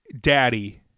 Daddy